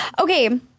okay